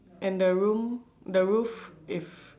and the room the roof if